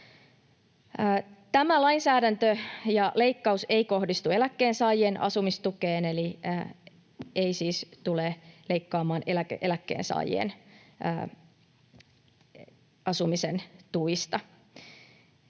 Tämä lainsäädäntö ja leikkaus ei kohdistu eläkkeensaajien asumistukeen eli ei siis tule leikkaamaan eläkkeensaajien asumisen tuista.